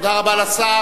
תודה רבה לשר.